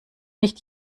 nicht